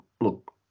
look